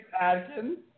Adkins